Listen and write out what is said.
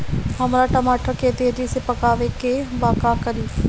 हमरा टमाटर के तेजी से पकावे के बा का करि?